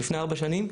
לפני ארבע שנים.